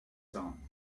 gone